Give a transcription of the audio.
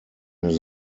his